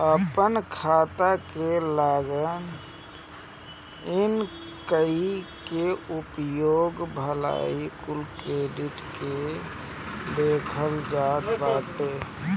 आपन खाता के लॉग इन कई के उपयोग भईल कुल क्रेडिट के देखल जात बाटे